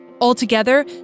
Altogether